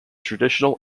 traditional